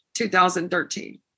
2013